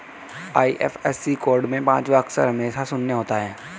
IFSC code में पांचवा अक्षर हमेशा शून्य होता है